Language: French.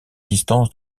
distance